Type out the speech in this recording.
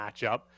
matchup